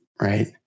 right